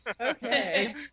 Okay